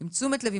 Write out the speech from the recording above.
עם תשומת לב,